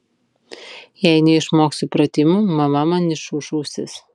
jei neišmoksiu pratimų mama man išūš ausis